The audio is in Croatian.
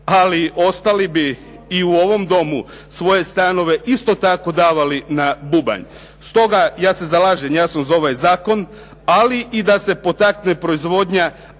ali ostali bi i u ovom domu svoje stanove isto tako davali na bubanj. Stoga, ja se zalažem jasno za ovaj zakon ali i da se potakne proizvodnja